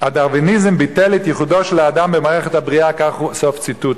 הדרוויניזם ביטל את ייחודו של האדם במערכת הבריאה" סוף ציטוט,